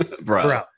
bro